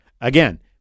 Again